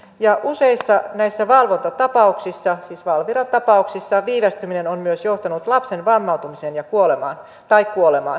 ja useissa näissä valvontatapauksissa siis valviran tapauksissa viivästyminen on myös johtanut lapsen vammautumiseen tai kuolemaan